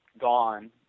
gone